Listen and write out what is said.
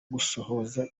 gusohoza